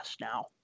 now